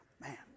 Man